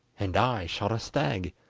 and i shot a stag